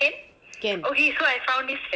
can